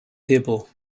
table